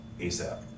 ASAP